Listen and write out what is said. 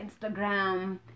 Instagram